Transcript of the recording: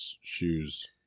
shoes